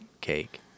cake